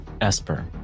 Esper